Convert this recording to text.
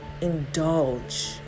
indulge